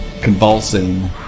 convulsing